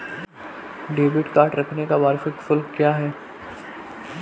Debit card रखने का वार्षिक शुल्क क्या है?